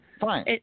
fine